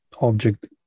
object